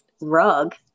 rug